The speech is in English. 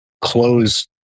close